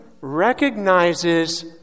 recognizes